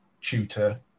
tutor